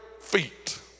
feet